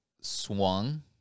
swung